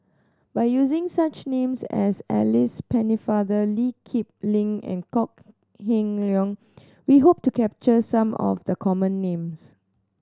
by using such names as Alice Pennefather Lee Kip Lin and Kok Heng Leun we hope to capture some of the common names